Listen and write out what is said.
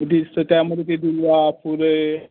डिसचं त्यामध्ये ते दूर्वा फुले